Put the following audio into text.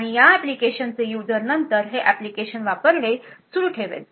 आणि या एप्लीकेशनचे यूजर नंतर हे एप्लीकेशन वापरणे सुरू ठेवेल